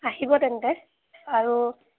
আহিব তেন্তে আৰু